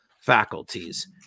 faculties